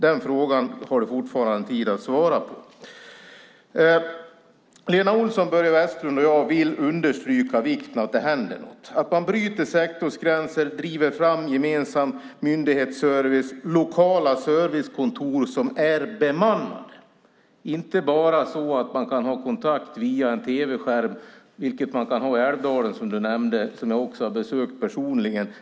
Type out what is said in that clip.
Den frågan har du fortfarande tid att svara på. Lena Olsson, Börje Vestlund och jag vill understryka vikten av att det händer något. Man måste bryta sektorsgränser och driva fram gemensam myndighetsservice och lokala servicekontor som är bemannade och inte bara erbjuder kontakt via en tv-skärm. Det gör man som du nämnde i Älvdalen, som jag också har besökt personligen.